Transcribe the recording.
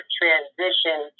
transition